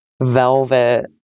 Velvet